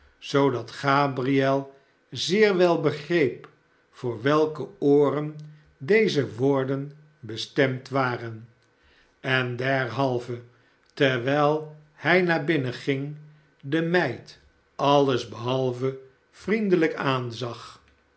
zoodat gabriel zeer wel begreep voor welke ooren deze woorden bestemd waren en derhalve terwijl hij naar binnen ging de meid alles behalve vriendelijk aanzag